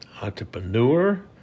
entrepreneur